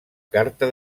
carta